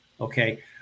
Okay